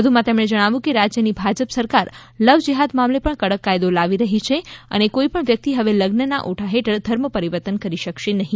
વધુમાં તેમણે જણાવ્યું કે રાજ્યની ભાજપ સરકાર લવ જેહાદ મામલે પણ કડક કાયદો લાવી રહી છે કોઈપણ વ્યક્તિ હવે લઝન ના ઓઠા તળે ધર્મ પરિવર્તન કરી શકશે નહીં